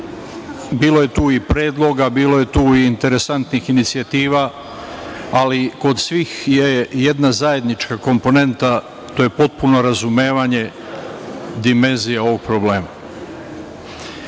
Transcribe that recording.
bilo je tu i predloga, bilo je tu i interesantnih inicijativa, ali kod svih je jedna zajednička komponenta, to je potpuno razumevanje dimenzije ovog problema. Ovo